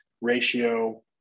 ratio